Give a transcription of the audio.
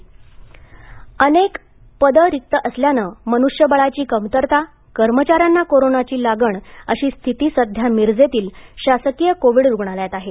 जयंत पाटील अनेक पद रिक्त असल्याने मुष्यबळाची कमतरता कर्मचाऱ्यांना कोरोनाची लागण अशी स्थिती सध्या मिरजेतील शासकीय कोव्हिड रुग्णालयात आहे